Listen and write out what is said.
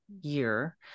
year